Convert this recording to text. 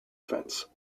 fence